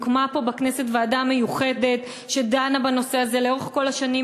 הוקמה פה בכנסת ועדה מיוחדת שדנה בנושא הזה לאורך כל השנים,